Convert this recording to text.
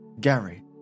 Gary